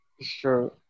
Sure